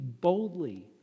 boldly